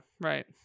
right